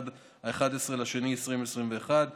עד 11 בפברואר 2021,